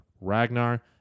Ragnar